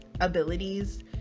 abilities